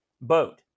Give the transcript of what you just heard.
boat